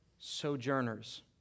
Sojourners